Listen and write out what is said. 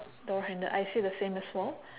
door handle I see the same as well